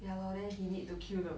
ya lor then he need to kill the